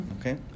okay